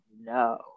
no